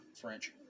French